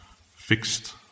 fixed